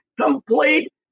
complete